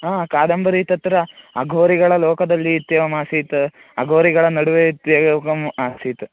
आम् कादम्बरि तत्र अघोरिगळ लोकदल्लि इत्येवमासीत् अघोरिगळ नडुवे इत्येवं आसीत्